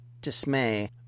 dismay